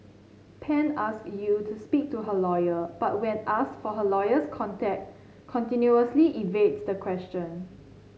Pan ask Yew to speak to her lawyer but when ask for her lawyer's contact continuously evades the question